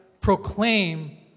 proclaim